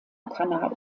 kanal